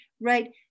right